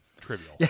trivial